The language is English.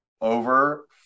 over